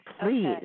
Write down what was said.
Please